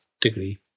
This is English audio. degree